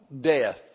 Death